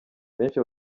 benshi